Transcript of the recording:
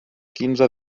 quinze